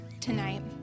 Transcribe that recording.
tonight